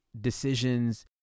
decisions